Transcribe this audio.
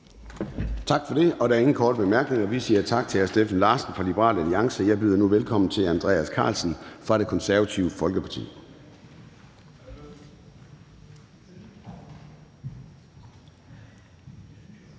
Tak for det. Der er ingen korte bemærkninger. Vi siger tak til hr. Steffen Larsen fra Liberal Alliance. Jeg byder nu velkommen til hr. Andreas Karlsen fra Det Konservative Folkeparti.